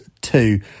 two